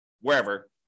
wherever